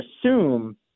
assume